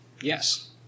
Yes